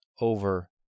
over